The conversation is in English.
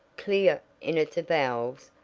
clear in its avowals,